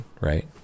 right